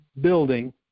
building